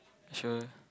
sure